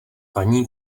paní